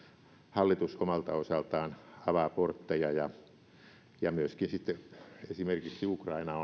hallitus omalta osaltaan avaa portteja ja kun myöskin tiedetään että esimerkiksi ukraina